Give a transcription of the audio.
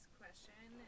question